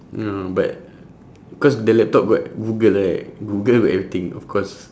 ya but cause the laptop got google right google got everything of course